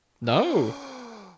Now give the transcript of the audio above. No